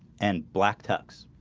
and black tux,